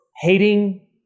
hating